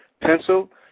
pencil